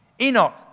Enoch